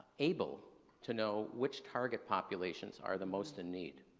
able to know which target populations are the most in need.